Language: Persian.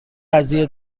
قضیه